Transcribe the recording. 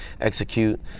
execute